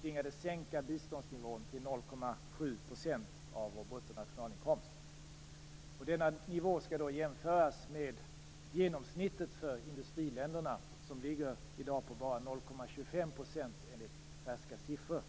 tvingades sänka biståndsnivån till 0,7 % av vår bruttonationalinkomst. Den nivån skall jämföras med genomsnittet för industriländerna, som i dag bara ligger på 0,25 % enligt färska siffror.